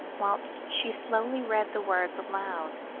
whilst she slowly read the words aloud.